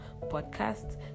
podcast